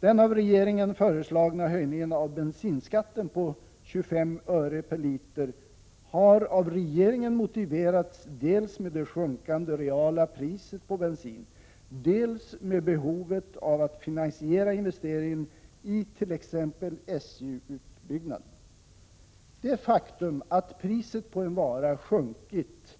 Den av regeringen föreslagna höjningen av bensinskatten på 25 öre per liter har av regeringen motiverats dels med det sjunkande reala priset på bensin, dels med behovet av att finansiera investeringar i t.ex. SJ:s utbyggnad. Det faktum att priset på en vara sjunkit